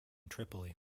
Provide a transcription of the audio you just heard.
tripoli